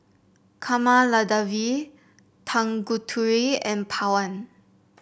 Kamaladevi Tanguturi and Pawan